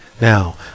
Now